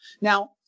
Now